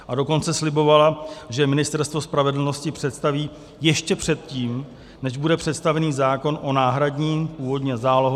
A dokonce slibovala, že Ministerstvo spravedlnosti ho představí ještě předtím, než bude představený zákon o náhradním, původně zálohovém, výživném.